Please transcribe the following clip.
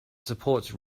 supports